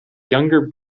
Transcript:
younger